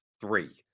three